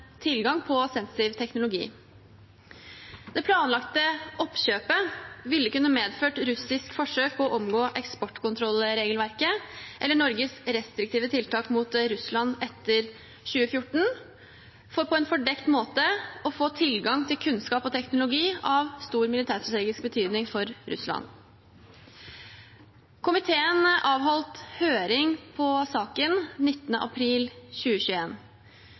tilgang til sensitiv teknologi. Det planlagte oppkjøpet ville kunne medført et russisk forsøk på å omgå eksportkontrollregelverket eller Norges restriktive tiltak mot Russland etter 2014 for på en fordekt måte å få tilgang til kunnskap og teknologi av stor militærstrategisk betydning for Russland. Komiteen avholdt høring om saken 19. april